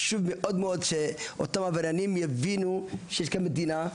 יש חשיבות מאוד גדולה לכך שאותם עבריינים יבינו שיש פה מדינה,